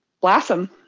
blossom